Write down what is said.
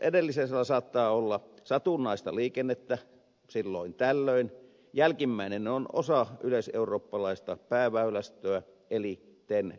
edellisellä saattaa olla satunnaista liikennettä silloin tällöin jälkimmäinen on osa yleiseurooppalaista pääväylästöä eli ten verkkoa